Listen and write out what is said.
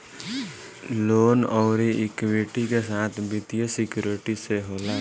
loan अउर equity के साथ वित्तीय सिक्योरिटी से होला